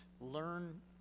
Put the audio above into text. Learn